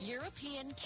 European